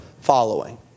following